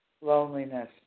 loneliness